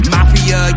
Mafia